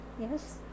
Yes